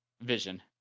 vision